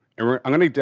and we're going to,